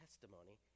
testimony